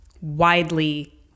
widely